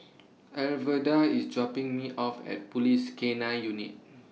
Alverda IS dropping Me off At Police K nine Unit